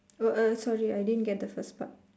what uh sorry I didn't get the first part